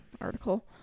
article